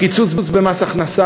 הקיצוץ במס הכנסה,